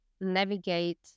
navigate